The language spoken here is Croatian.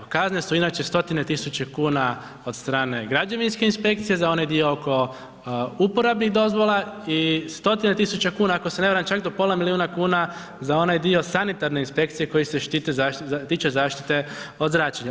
Kazne su inače stotine tisuća kuna od strane građevinske inspekcije, za onaj dio oko uporabnih dozvola i stotine tisuća kuna, ako se ne varam, čak do pola milijuna kuna za onaj dio sanitarne inspekcije koji se tiče zaštite od zračenja.